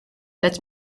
that